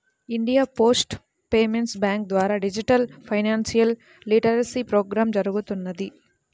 India post payments bank ద్వారా digital financial literacy programme జరుగుతున్నది